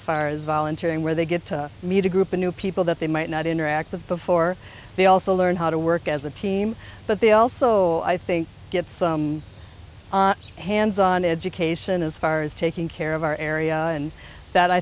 as volunteering where they get to meet a group of new people that they might not interactive before they also learn how to work as a team but they also i think get some hands on education as far as taking care of our area and that i